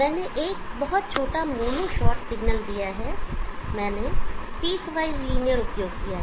मैंने एक बहुत छोटा मोनो शॉट सिग्नल दिया है मैंने पीसवाइज लिनियर उपयोग किया है